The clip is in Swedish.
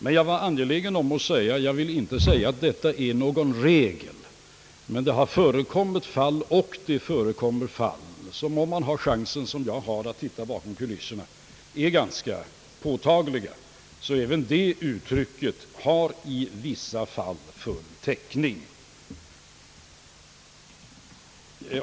Men jag var angelägen att betona att detta inte är någon regel, även om det har förekommit och förekommer fall som är ganska påtagliga — och den saken kan man konstatera när man som jag har chansen att titta bakom kulisserna. Därför har även det uttrycket i vissa fall full täckning.